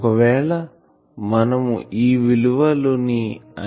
ఒకవేళ మనము ఈ విలువలు ని అంచనా వేస్తే తెలుస్తుంది